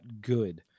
good